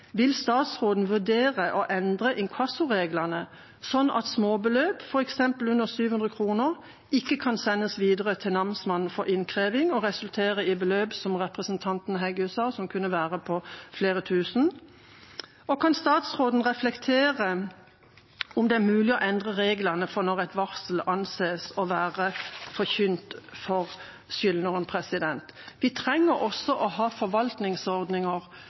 Vil statsråden vurdere å endre inkassoreglene slik at småbeløp, f.eks. under 700 kr, ikke kan sendes videre til namsmannen for innkreving og resultere i beløp som, slik representanten Heggø sa, kan være på flere tusen kroner? Og kan statsråden reflektere over om det er mulig å endre reglene for når et varsel anses å være forkynt for skyldneren? Vi trenger også å ha forvaltningsordninger